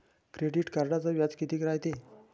Credit कार्डचं व्याज कितीक रायते?